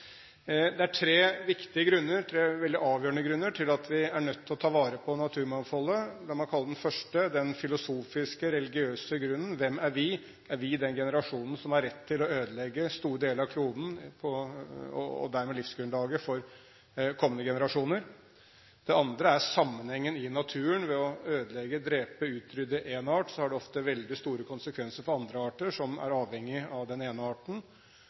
Det er tre viktige og veldig avgjørende grunner til at vi er nødt til å ta vare på naturmangfoldet. La meg kalle den første den filosofiske/religiøse grunnen: Hvem er vi? Er vi den generasjonen som har rett til å ødelegge store deler av kloden og dermed livsgrunnlaget for kommende generasjoner? Det andre er sammenhengen i naturen: Ved å ødelegge, drepe, utrydde en art har det ofte veldig store konsekvenser for andre arter som er avhengig av den ene arten.